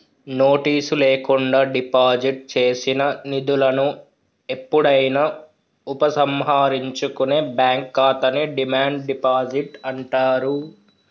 notice లేకుండా deposit చేసిన నిధులను ఎప్పుడైనా ఉపసంహరించుకునే బ్యాంక్ ఖాతాని డిమాండ్ డిపాజిట్ అంటారు